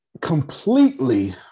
completely